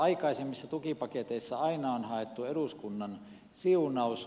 aikaisemmissa tukipaketeissa aina on haettu eduskunnan siunaus